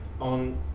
On